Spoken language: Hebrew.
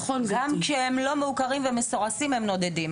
גם כשהם לא מעוקרים ומסורסים הם נודדים,